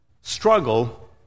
struggle